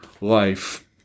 life